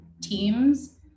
teams